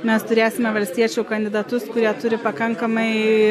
mes turėsime valstiečių kandidatus kurie turi pakankamai